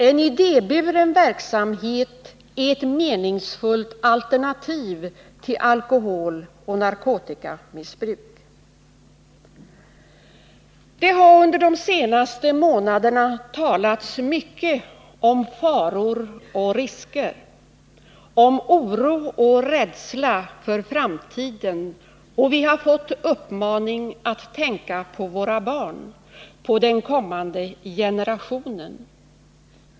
En idéburen verksamhet är ett meningsfullt alternativ till alkoholeller narkotikamissbruk. Det har under de senaste månaderna talats mycket om faror och risker, om oro och rädsla för framtiden, och vi har blivit uppmanade att tänka på våra barn, på den kommande generationen.